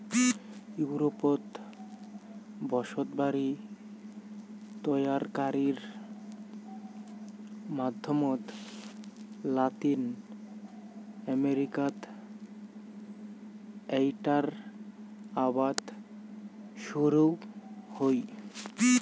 ইউরোপত বসতবাড়ি তৈয়ারকারির মাধ্যমত লাতিন আমেরিকাত এ্যাইটার আবাদ শুরুং হই